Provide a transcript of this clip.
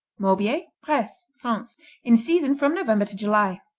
morbier bresse, france in season from november to july.